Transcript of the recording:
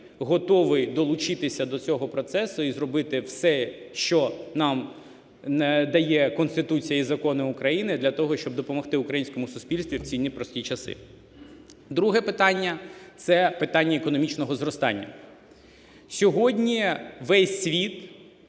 готовий долучитися до цього процесу і зробити все, що нам дає Конституція і закони України для того, щоб допомогти українському суспільству в ці непрості часи. Друге питання – це питання економічного зростання. Сьогодні весь світ